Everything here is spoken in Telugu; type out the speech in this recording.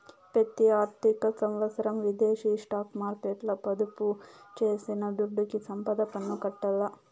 పెతి ఆర్థిక సంవత్సరం విదేశీ స్టాక్ మార్కెట్ల మదుపు చేసిన దుడ్డుకి సంపద పన్ను కట్టాల్ల